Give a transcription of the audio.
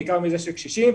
בעיקר מזה של קשישים.